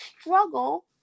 struggle